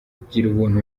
girubuntu